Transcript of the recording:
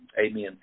Amen